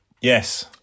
Yes